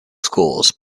schools